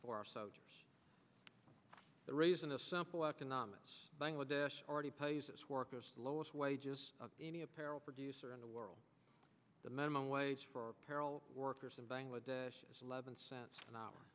for our soldiers the reason is simple economics bangladesh already pays its workers the lowest wages of any apparel producer in the world the minimum wage for apparel workers in bangladesh is eleven cents an hour